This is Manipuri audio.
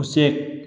ꯎꯆꯦꯛ